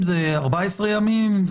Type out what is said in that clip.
אם זה 14 ימים,